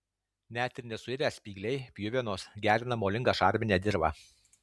net ir nesuirę spygliai pjuvenos gerina molingą šarminę dirvą